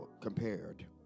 compared